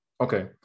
Okay